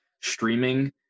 streaming